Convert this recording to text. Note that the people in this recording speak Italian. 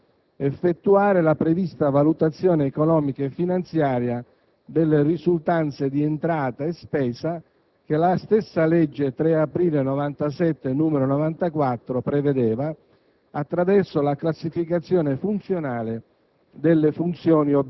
Non è possibile, dunque, con gli attuali strumenti, ancora, effettuare la prevista valutazione economica e finanziaria delle risultanze di entrata e spesa che la stessa legge 3 aprile 1997 n. 94 prevedeva,